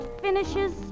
finishes